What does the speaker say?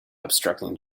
obstructing